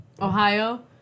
Ohio